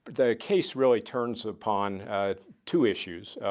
the case really turns upon two issues.